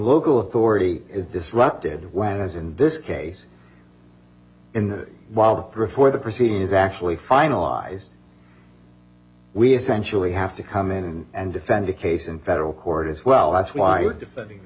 local authority is disrupted when as in this case in the wild for a for the proceeds actually finalized we essentially have to come in and defend the case in federal court as well that's why you're defending